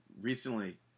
recently